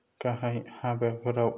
गाहाय हाबाफोराव